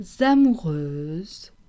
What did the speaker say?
amoureuse